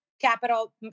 capital